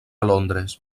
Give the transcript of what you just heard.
londres